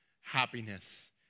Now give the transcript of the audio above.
happiness